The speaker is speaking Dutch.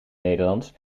nederlands